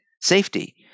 safety